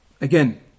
again